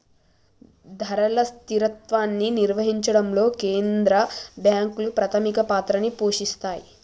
ధరల స్థిరత్వాన్ని నిర్వహించడంలో కేంద్ర బ్యాంకులు ప్రాథమిక పాత్రని పోషిత్తాయ్